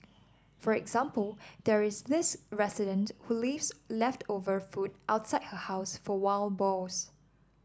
for example there is this resident who leaves leftover food outside her house for wild boars